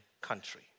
country